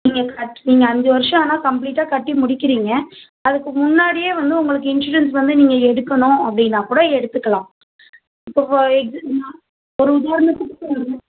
நீங்கள் கட் நீங்கள் அஞ்சு வருஷம் ஆனால் கம்ப்ளீட்டாக கட்டி முடிக்கிறீங்க அதுக்கு முன்னாடியே வந்து உங்களுக்கு இன்சூரன்ஸ் வந்து நீங்கள் எடுக்கணும் அப்படின்னா கூட எடுத்துக்கலாம் இப்போ ஒரு உதாரணத்துக்கு சொல்லுறேன்